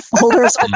folders